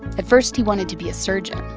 at first, he wanted to be a surgeon.